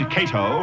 Cato